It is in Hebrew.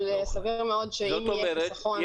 אבל סביר מאוד שאם יהיה חיסכון --- זאת אומרת,